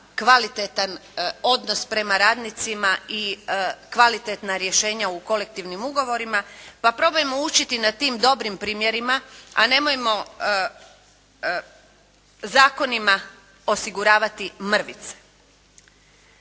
kvalitetan odnos prema radnicima i kvalitetna rješenja u kolektivnim ugovorima, pa probajmo učiti na tim dobrim primjerima, a nemojmo zakonima osiguravati mrvice.